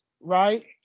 right